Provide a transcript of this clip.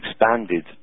expanded